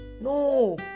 No